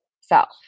self